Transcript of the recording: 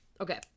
okay